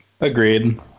Agreed